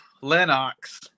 Lennox